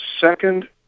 second